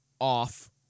off